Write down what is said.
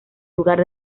lugar